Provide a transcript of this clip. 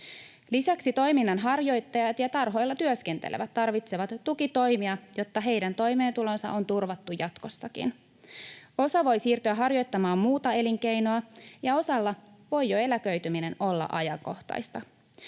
Lisäksi toiminnan harjoittajat ja tarhoilla työskentelevät tarvitsevat tukitoimia, jotta heidän toimeentulonsa on turvattu jatkossakin. Osa voi siirtyä harjoittamaan muuta elinkeinoa, ja osalla voi jo eläköityminen olla ajankohtaista.